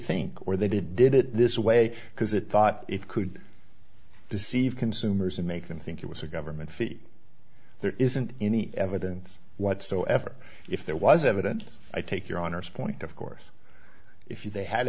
think or they did did it this way because it thought it could deceive consumers and make them think it was a government feet there isn't any evidence whatsoever if there was evidence i take your honor's point of course if they had